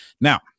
Now